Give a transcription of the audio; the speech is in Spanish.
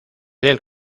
del